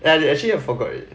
I actually forgot already